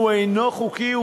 אינו חוקי,